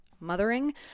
mothering